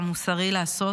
המוסרי לעשות.